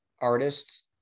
artists